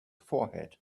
forehead